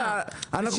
חבר'ה, תתאפקו.